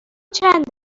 چند